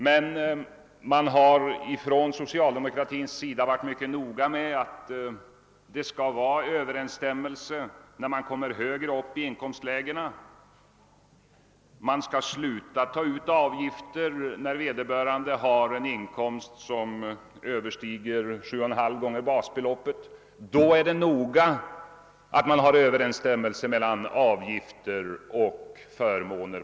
Men samtidigt har man från socialdemokratiska partiet varit mycket noga med att det skall föreligga överensstämmelse högre upp i inkomstlägena; man skall sluta med att ta ut avgifter när vederbörande har en inkomst överstigande sju och en halv gånger basbeloppet. Då är det noga med att det föreligger överensstämmelse mellan avgifter och förmåner.